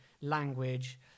language